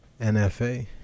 NFA